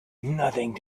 nothing